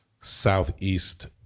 southeast